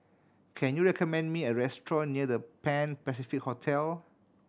can you recommend me a restaurant near The Pan Pacific Hotel